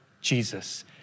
Jesus